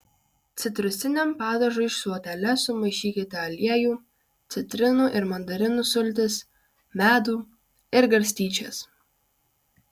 citrusiniam padažui šluotele sumaišykite aliejų citrinų ir mandarinų sultis medų ir garstyčias